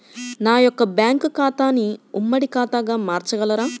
నా యొక్క బ్యాంకు ఖాతాని ఉమ్మడి ఖాతాగా మార్చగలరా?